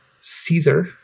Caesar